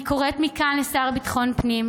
אני קוראת מכאן לשר לביטחון פנים,